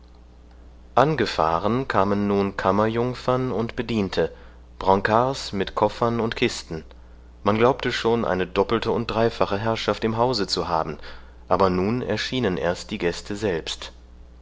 angefahren kamen nun kammerjungfern und bediente brancards mit koffern und kisten man glaubte schon eine doppelte und dreifache herrschaft im hause zu haben aber nun erschienen erst die gäste selbst